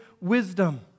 wisdom